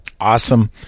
Awesome